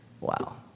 Wow